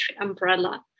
umbrella